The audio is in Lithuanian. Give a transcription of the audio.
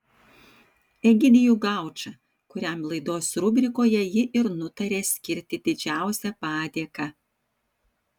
egidijų gaučą kuriam laidos rubrikoje ji ir nutarė skirti didžiausią padėką